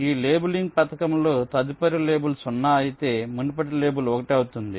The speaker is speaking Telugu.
ఈ లేబులింగ్ పథకంలో తదుపరి లేబుల్ 0 అయితే మునుపటి లేబుల్ 1 అవుతుంది